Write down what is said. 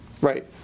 right